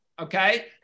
okay